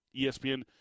ESPN